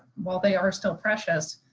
while they are still precious,